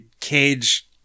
cage